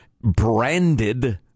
branded